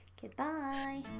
Goodbye